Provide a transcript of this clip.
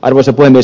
arvoisa puhemies